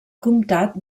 comtat